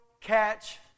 catch